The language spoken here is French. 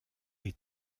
est